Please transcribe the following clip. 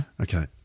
Okay